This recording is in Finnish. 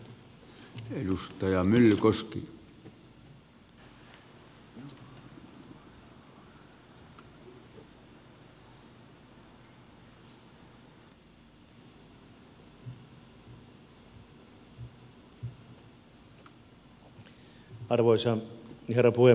arvoisa herra puhemies